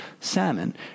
salmon